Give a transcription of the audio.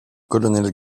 colonel